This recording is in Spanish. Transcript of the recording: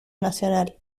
nacional